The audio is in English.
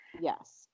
yes